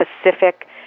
specific